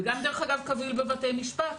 דרך אגב, גם קביל בבתי משפט.